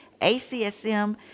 ACSM